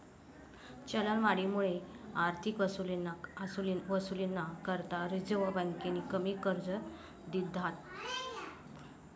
चलनवाढमुये आर्थिक वसुलीना करता रिझर्व्ह बँकेनी कमी कर्ज दिधात